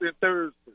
Thursday